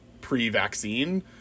pre-vaccine